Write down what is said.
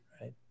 right